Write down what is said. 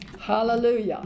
Hallelujah